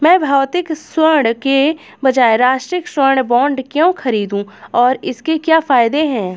मैं भौतिक स्वर्ण के बजाय राष्ट्रिक स्वर्ण बॉन्ड क्यों खरीदूं और इसके क्या फायदे हैं?